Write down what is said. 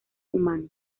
humanos